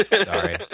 Sorry